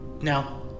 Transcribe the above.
Now